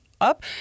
up